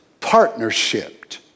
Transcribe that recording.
partnershiped